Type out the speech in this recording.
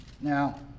Now